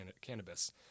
cannabis